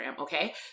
Okay